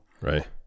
right